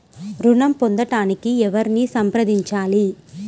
ఋణం పొందటానికి ఎవరిని సంప్రదించాలి?